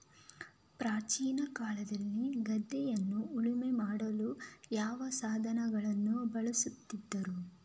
ಪ್ರಾಚೀನ ಕಾಲದಲ್ಲಿ ಗದ್ದೆಯನ್ನು ಉಳುಮೆ ಮಾಡಲು ಯಾವ ಸಾಧನಗಳನ್ನು ಬಳಸುತ್ತಿದ್ದರು?